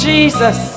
Jesus